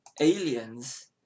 aliens